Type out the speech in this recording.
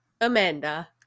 amanda